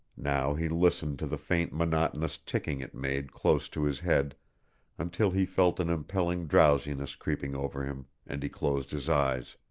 now he listened to the faint monotonous ticking it made close to his head until he felt an impelling drowsiness creeping over him and he closed his eyes.